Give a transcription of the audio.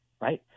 right